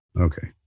Okay